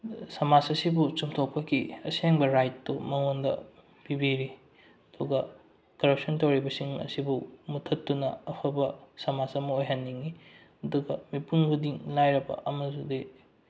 ꯁꯃꯥꯖ ꯑꯁꯤꯕꯨ ꯆꯨꯝꯊꯣꯛꯄꯒꯤ ꯑꯁꯦꯡꯕ ꯔꯥꯏꯠꯇꯨ ꯃꯉꯣꯟꯗ ꯄꯤꯕꯤꯔꯤ ꯑꯗꯨꯒ ꯀꯔꯞꯁꯟ ꯇꯧꯔꯤꯕꯁꯤꯡ ꯑꯁꯤꯕꯨ ꯃꯨꯠꯊꯠꯇꯨꯅ ꯑꯐꯕ ꯁꯃꯥꯖ ꯑꯃ ꯑꯣꯏꯍꯟꯅꯤꯏ ꯑꯗꯨꯒ ꯃꯤꯄꯨꯝ ꯈꯨꯗꯤꯡ ꯂꯥꯏꯔꯕ ꯑꯃꯗꯤ